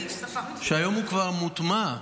שהיום כבר מוטמע,